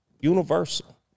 universal